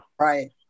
Right